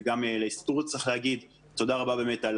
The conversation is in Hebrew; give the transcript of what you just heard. וגם להסתדרות צריך להגיד תודה רבה באמת על